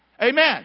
Amen